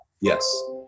yes